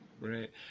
right